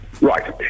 Right